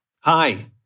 Hi